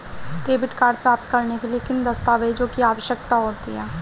Debit card प्राप्त करने के लिए किन दस्तावेज़ों की आवश्यकता होती है?